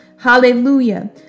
Hallelujah